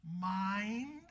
mind